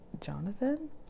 jonathan